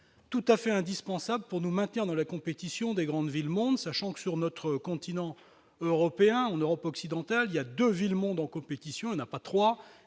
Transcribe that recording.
tout à fait indispensable pour nous maintenir dans la compétition des grandes villes monde sachant que sur notre continent européen en Europe occidentale, il y a 2 villes Mondon compétition n'a pas 3 il y